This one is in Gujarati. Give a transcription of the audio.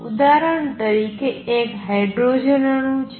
ઉદાહરણ તરીકે એક હાઇડ્રોજન અણુ છે